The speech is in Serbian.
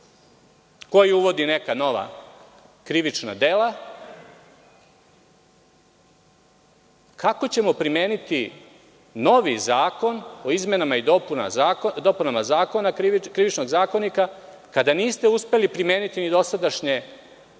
koji uvodi neka nova krivična dela. Kako ćemo primeniti novi Zakon o izmenama i dopunama Krivičnog zakonika kada niste uspeli primeniti ni dosadašnje